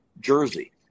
Jersey